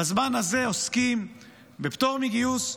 בזמן הזה עוסקים בפטור מגיוס,